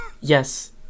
Yes